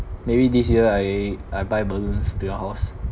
maybe this year I I buy balloons to your house